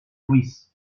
luis